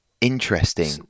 Interesting